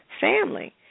family